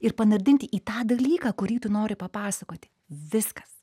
ir panardinti į tą dalyką kurį tu nori papasakoti viskas